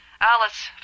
Alice